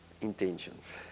intentions